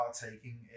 partaking